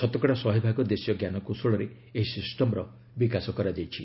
ଶତକଡ଼ା ଶହେଭାଗ ଦେଶୀୟ ଜ୍ଞାନକୌଶଳରେ ଏହି ସିଷ୍ଟମ୍ର ବିକାଶ କରାଯାଇଛି